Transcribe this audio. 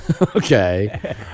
Okay